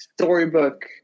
storybook